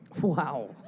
Wow